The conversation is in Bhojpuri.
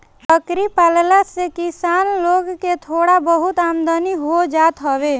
बकरी पालला से किसान लोग के थोड़ा बहुत आमदनी हो जात हवे